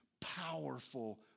powerful